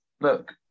look